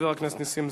חבר הכנסת נסים זאב,